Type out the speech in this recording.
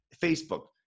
Facebook